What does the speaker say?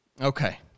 Okay